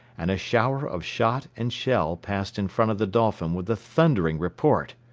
and a shower of shot and shell passed in front of the dolphin with a thundering report.